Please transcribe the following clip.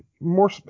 more